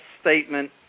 statement